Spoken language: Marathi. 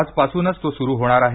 आजपासूनच तो सुरू होणार आहे